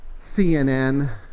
CNN